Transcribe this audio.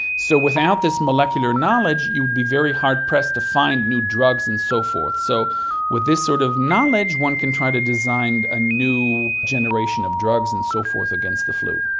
so without this molecular knowledge you would be very hard pressed to find new drugs and so forth. so with this sort of knowledge one can try to design a new generation of drugs and so forth against the flu.